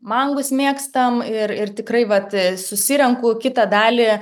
mangus mėgstam ir ir tikrai vat susirenku kitą dalį